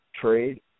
trade